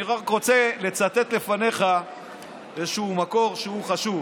אני רק רוצה לצטט לפניך איזשהו מקור שהוא חשוב.